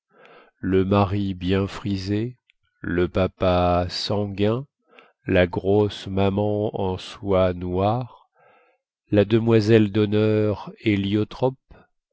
le mari bien frisé le papa sanguin la grosse maman en soie noire la demoiselle dhonneur héliotrope